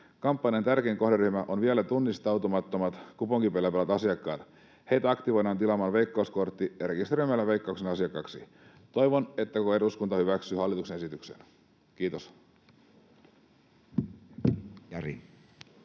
Kampanjan tärkein kohderyhmä on vielä tunnistautumattomat kuponkipelaavat asiakkaat. Heitä aktivoidaan tilaamaan Veikkaus-kortti ja rekisteröitymään Veikkauksen asiakkaaksi. Toivon, että koko eduskunta hyväksyy hallituksen esityksen. — Kiitos.